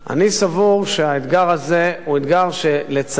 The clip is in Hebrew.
אני סבור שהאתגר הזה הוא אתגר שלצערי